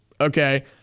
Okay